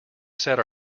set